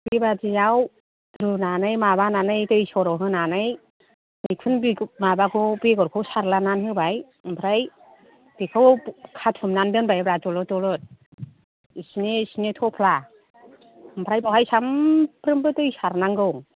बेबादियाव रुनानै माबानानै दै सर' होनानै मैखुन बेगरखौ सारलानानै होबाय ओमफ्राय बेखौ खाथुमनानै दोनबायब्रा दलर दलर इसिनि इसिनि थफ्ला ओमफ्राय बेवहाय सानफ्रोमबो दै सारनांगौ